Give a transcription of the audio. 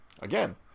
Again